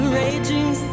raging